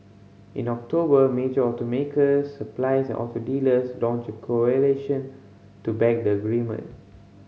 in October major automakers suppliers and auto dealers launched a coalition to back the agreement